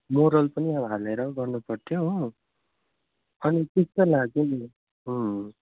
moral पनि हालेर गर्नु पर्थ्यो हो अनि लाग्यो